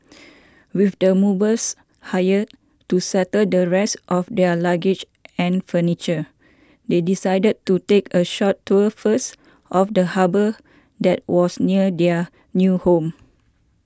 with the movers hired to settle the rest of their luggage and furniture they decided to take a short tour first of the harbour that was near their new home